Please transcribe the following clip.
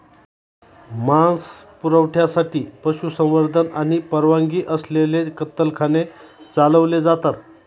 मांस पुरवठ्यासाठी पशुसंवर्धन आणि परवानगी असलेले कत्तलखाने चालवले जातात